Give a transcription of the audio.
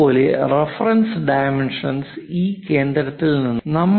അതുപോലെ reference dimension ഈ കേന്ദ്രത്തിൽ നിന്ന് 80 മില്ലീമീറ്ററാണ്